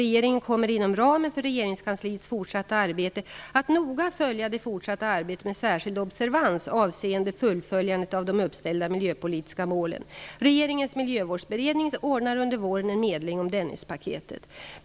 Regeringen kommer, inom ramen för regeringskansliets fortsatta arbete, att noga följa det fortsatta arbetet med särskild observans avseende fullföljandet av de uppställda miljöpolitiska målen. Regeringens miljövårdsberedning ordnar under våren en medling om Dennispaketet.